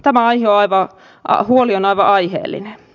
tämä huoli on aivan aiheellinen